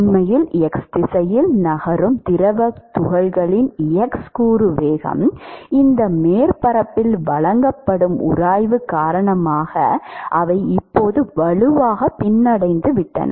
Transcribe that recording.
உண்மையில் x திசையில் நகரும் திரவத் துகள்களின் x கூறு வேகம் இந்த மேற்பரப்பால் வழங்கப்படும் உராய்வு காரணமாக அவை இப்போது வலுவாக பின்னடைந்துவிட்டன